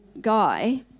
guy